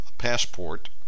Passport